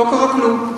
לא קרה כלום,